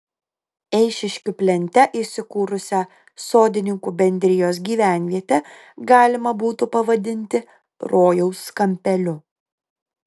eišiškių plente įsikūrusią sodininkų bendrijos gyvenvietę galima būtų pavadinti rojaus kampeliu